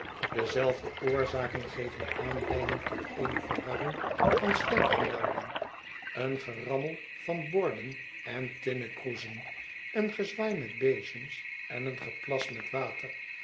dezelfde oorzaken geven aanleiding tot eene verwarring van stemgeluiden een gerammel van borden en tinnen kroezen een gezwaai met bezems en een geplas met water